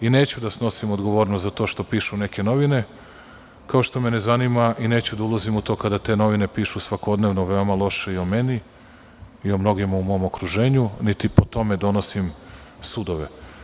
Neću da snosim odgovornost za to što pišu neke novine kao što me ne zanima i neću da ulazim u to kada te novine pišu svakodnevno veoma loše i o meni, o mnogima u mom okruženju, niti po tome donosim sudove.